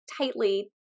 tightly